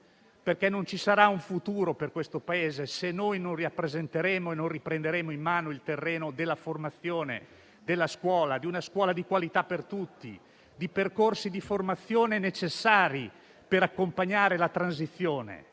Non ci sarà un futuro per questo Paese se non rappresenteremo e non riprenderemo in mano il terreno della formazione, della scuola, di una scuola di qualità per tutti, di percorsi di formazione necessari per accompagnare la transizione.